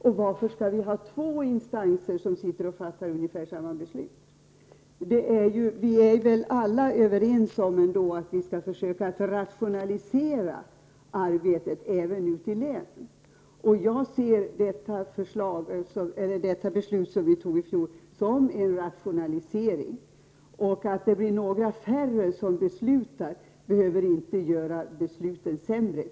Och varför skall det finnas två instanser som fattar ungefär samma beslut? Vi är väl alla överens om att vi skall försöka rationalisera arbetet även ute i länen, och jag ser det beslut som fattades i fjol som en rationalisering. Att det blir några färre som beslutar behöver inte göra besluten sämre.